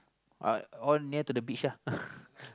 uh all near to the beach ah